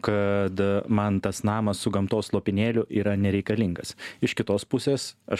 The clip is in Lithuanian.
kad man tas namas su gamtos lopinėliu yra nereikalingas iš kitos pusės aš